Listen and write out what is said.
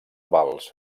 vals